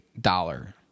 dollar